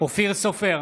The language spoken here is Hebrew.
אופיר סופר,